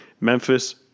Memphis